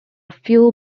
few